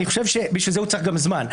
אני חושב שבשביל זה הוא צריך גם זמן.